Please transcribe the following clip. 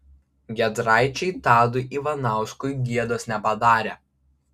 giedraičiai tadui ivanauskui gėdos nepadarė